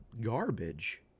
garbage